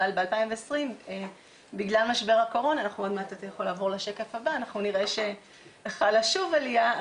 אבל ב-2020 בגלל משבר הקורונה אנחנו נראה שחלה שוב עלייה.